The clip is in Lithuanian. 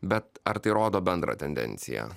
bet ar tai rodo bendrą tendenciją